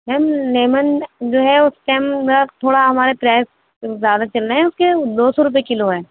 میم lemon جو ہے اس کے اندر تھوڑا ہمارے پرائز زیادہ چل رہے ہیں اس کے دو سو روپیے کلو ہیں